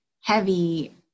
heavy